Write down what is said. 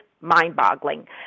mind-boggling